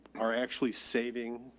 are actually saving?